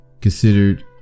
considered